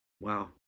Wow